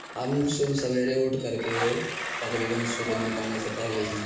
ہم صبح سویرے اٹھ کر کے تقریباً سورج نکلنے سے پہلے ہی